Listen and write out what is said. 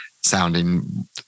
sounding